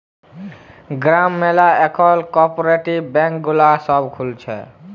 গ্রাম ম্যালা এখল cooperative bank গুলা সব খুলছে